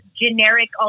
generic